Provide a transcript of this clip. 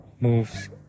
moves